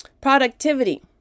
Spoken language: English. productivity